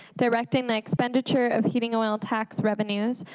directing the expenditure of heating oil tax revenues,